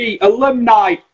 alumni